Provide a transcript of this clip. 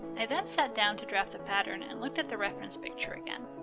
i then sat down to draft the pattern and looked at the reference picture again.